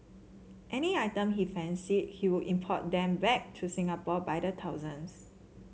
any items he fancied he would import them back to Singapore by the thousands